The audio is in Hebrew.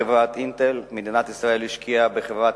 חברת "אינטל" מדינת ישראל השקיעה בחברת